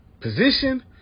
position